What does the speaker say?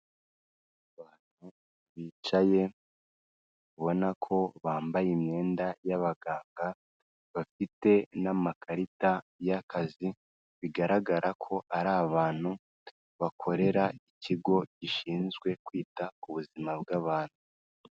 Abantu bicaye ubona ko bambaye imyenda y'abaganga bafite n'amakarita y'akazi, bigaragara ko ari abantu bakorera ikigo gishinzwe kwita ku buzima bw'abantu.